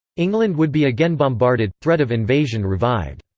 england would be again bombarded, threat of invasion revived.